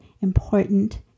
important